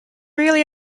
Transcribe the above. really